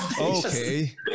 Okay